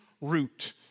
root